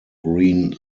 green